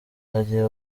hagiye